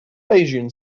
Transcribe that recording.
bayesian